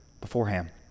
beforehand